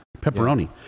pepperoni